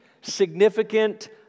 significant